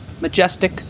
majestic